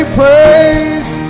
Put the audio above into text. praise